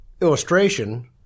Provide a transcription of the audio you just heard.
illustration